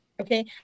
okay